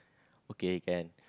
okay can